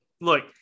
look